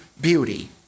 beauty